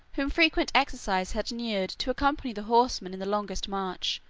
whom frequent exercise had inured to accompany the horsemen in the longest march,